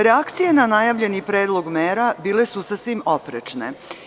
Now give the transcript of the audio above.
Reakcija na najavljeni predlog mera bile su sasvim oprečne.